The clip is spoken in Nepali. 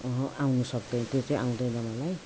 अहँ आउनु सक्दैन त्यो चाहिँ आउँदैन मलाई